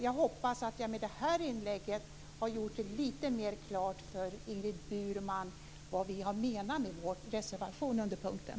Jag hoppas att jag med det här inlägget har gjort lite mer klart för Ingrid Burman vad vi menar med vår reservation under den punkten.